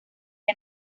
que